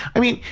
i mean,